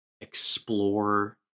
explore